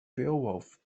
beowulf